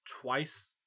twice